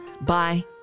Bye